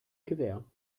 gewähr